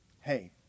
Hey